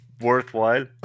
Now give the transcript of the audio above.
worthwhile